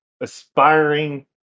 aspiring